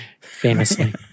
Famously